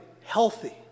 healthy